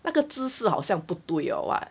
那个姿势好像不对 or what